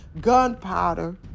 gunpowder